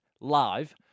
live